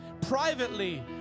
privately